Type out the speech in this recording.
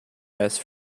best